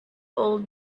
old